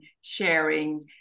sharing